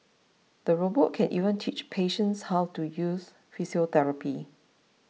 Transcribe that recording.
the robot can even teach patients how to use physiotherapy